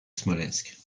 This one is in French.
smolensk